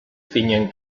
zinen